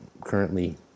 currently